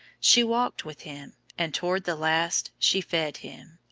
she walked with him, and toward the last she fed him.